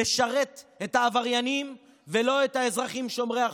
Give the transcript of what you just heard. משרת את העבריינים ולא את האזרחים שומרי החוק.